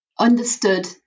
understood